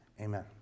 amen